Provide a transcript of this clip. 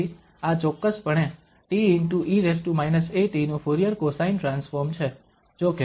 તેથી આ ચોક્કસપણે te−at નું ફુરીયર કોસાઇન ટ્રાન્સફોર્મ છે